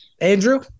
Andrew